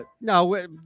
No